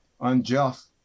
unjust